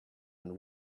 and